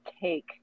cake